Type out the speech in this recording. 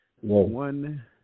one